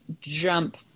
jump